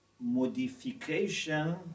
modification